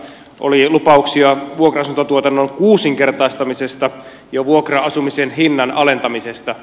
oli lupauksia vuokra asuntotuotannon kuusinkertaistamisesta ja vuokra asumisen hinnan alentamisesta